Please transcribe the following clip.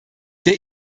der